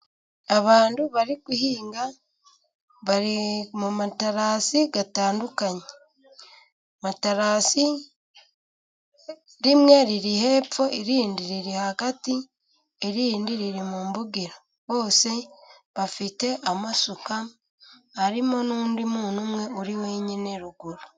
Abantu bari guhinga bari mu materasi atandukanye. Amaterasi, rimwe riri hepfo, irindi riri hagati, irindi riri mu mbugiro. Bose bafite amasuka, harimo n'undi muntu umwe uri wenyine ruguru.